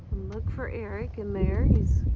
look for eric in there.